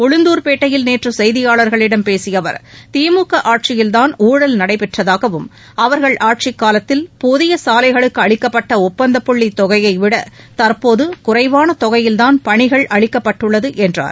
உளுந்தூர்பேட்டையில் நேற்று செய்தியாளர்களிடம் பேசிய அவர் திமுக ஆட்சியில்தான் ஊழல் நடைபெற்றதாகவும் அவர்கள் ஆட்சிக்காலத்தில் புதிய சாலைகளுக்கு அளிக்கப்பட்ட ஒப்பந்தப் புள்ளி தொகையைவிட தற்போது குறைவான தொகையில்தான் பணிகள் அளிக்கப்பட்டுள்ளது என்றார்